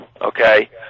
Okay